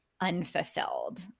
unfulfilled